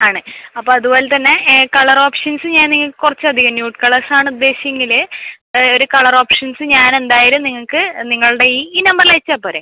ആണ് അപ്പോൾ അതുപോലത്തന്നെ ഏഹ് കളർ ഓപ്ഷൻസ് ഞാൻ കുറച്ചധികം ന്യൂഡ് കളേഴ്സാണ് ഉദ്ദേശിക്കൽ ഒരു കളർ ഓപ്ഷൻസ് ഞാൻ എന്തായാലും നിങ്ങൾക്ക് നിങ്ങളുടെ ഈ ഈ നമ്പറിൽ അയച്ചാൽ പോരെ